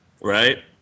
Right